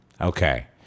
Okay